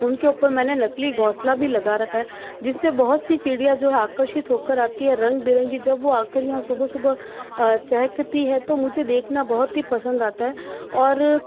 उनके ऊपर मैंने नकली घोंसला भी लगा रखा है जिससे बहुत सी चिड़िया जो है आकर्षित होकर आती है रंग बिरंगी जब वह आकर यहाँ सुबह सुबह चाहती है तो मुझे देखना बहुत ही पसंद आता है और